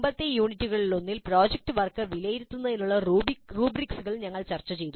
മുമ്പത്തെ യൂണിറ്റുകളിലൊന്നിൽ project work വിലയിരുത്തുന്നതിനുള്ള റുബ്രിക്സ് ഞങ്ങൾ ചർച്ചചെയ്തു